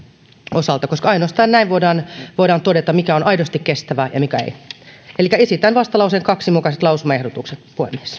osalta koska ainoastaan näin voidaan voidaan todeta mikä on aidosti kestävää ja mikä ei elikkä esitän vastalauseen kaksi mukaiset lausumaehdotukset puhemies